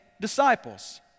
disciples